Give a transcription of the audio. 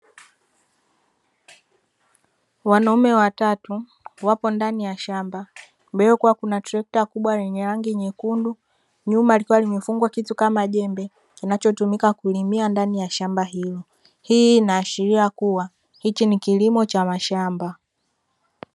Wanaume watatu wa jemb kinachjotumika hulimia ndani ya sham, ba hilo inaashiria hiki ni kilimo cha mashamba.